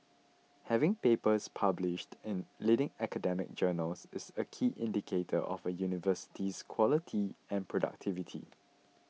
having papers published in leading academic journals is a key indicator of a university's quality and productivity